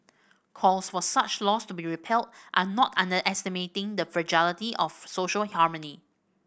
calls for such laws to be repealed are not underestimating the fragility of social harmony